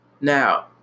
Now